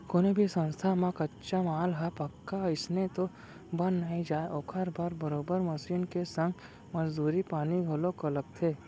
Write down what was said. कोनो भी संस्था म कच्चा माल ह पक्का अइसने तो बन नइ जाय ओखर बर बरोबर मसीन के संग मजदूरी पानी घलोक लगथे